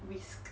risk